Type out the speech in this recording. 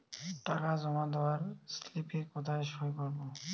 টাকা জমা দেওয়ার স্লিপে কোথায় সই করব?